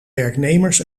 werknemers